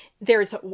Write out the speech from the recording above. there's-